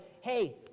hey